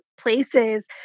Places